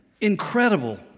Incredible